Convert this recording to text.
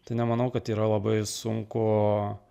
tai nemanau kad yra labai sunku